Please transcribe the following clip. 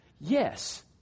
yes